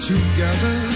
together